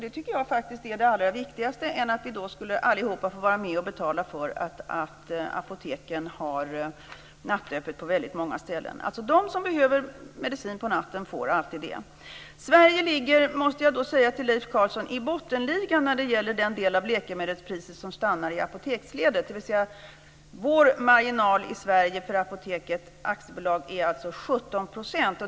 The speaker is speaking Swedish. Det tycker jag faktiskt är det allra viktigaste jämfört med att vi alla skulle vara med och betala för att apoteken har nattöppet på väldigt många olika ställen. De som behöver medicin på natten får alltid det. Sverige ligger, måste jag säga till Leif Carlson, i bottenligan när det gäller den del av läkemedelspriset som stannar i apoteksledet. Vår marginal i Sverige för Apoteket AB är 17 %.